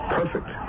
perfect